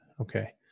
Okay